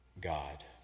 God